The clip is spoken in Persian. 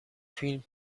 فیلم